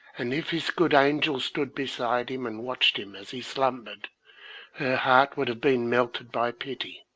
and if his good angel stood beside him and watched him as he slumbered, her heart would have been melted by pity,